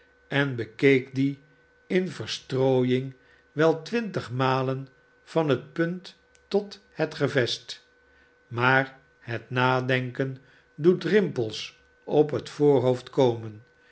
en bekeek dien in verstrooing wel twintig malen van de punt tot het gevest maar het nadenken doet rimpels op het voorhoofd komen